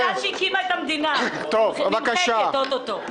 המפלגה שהקימה את המדינה, שנמחקת או-טו-טו.